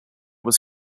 was